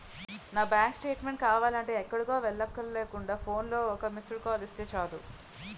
నా bank statement కావాలంటే ఎక్కడికో వెళ్ళక్కర్లేకుండా ఫోన్లో ఒక్క మిస్కాల్ ఇస్తే చాలు